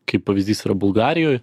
kaip pavyzdys yra bulgarijoj